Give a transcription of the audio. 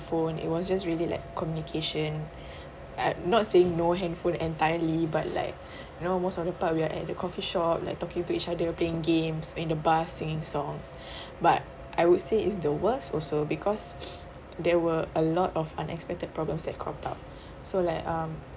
handphone it was just really like communication uh not saying no handphone entirely but like you know most of the part we are at the coffee shop like talking to each other playing games in the bus singing songs but I would say it's the worst also because there were a lot of unexpected problems that cropped up so like um